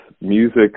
music